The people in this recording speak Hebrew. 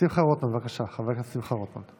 חבר הכנסת שמחה רוטמן,